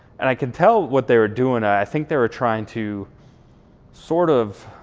and i can tell what they were doing. i think they were trying to sort of